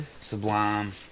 Sublime